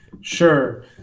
Sure